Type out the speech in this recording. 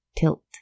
Tilt